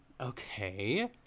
Okay